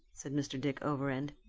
said mr. dick overend.